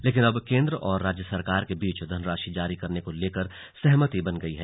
लेकिन अब केंद्र और राज्य सरकार के बीच धनराशि जारी करने को लेकर सहमति बन गयी है